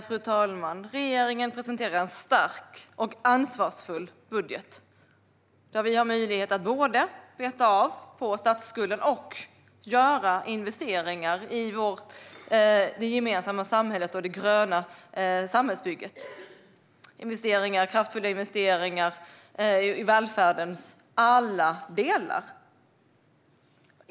Fru talman! Regeringen presenterar en stark och ansvarsfull budget. Vi har möjlighet att både beta av på statsskulden och göra investeringar i det gemensamma samhället och det gröna samhällsbygget. Det är kraftfulla investeringar i välfärdens alla delar.